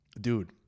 dude